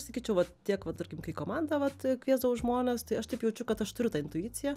sakyčiau va tiek vat tarkim kai komanda vat kviesdavau žmones tai aš taip jaučiu kad aš turiu tą intuiciją